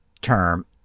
term